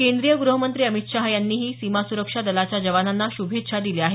केंद्रीय गृहमंत्री अमित शाह यांनीही सीमा सुरक्षा दलाच्या जवानांना शुभेच्छा दिल्या आहेत